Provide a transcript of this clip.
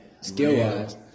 skill-wise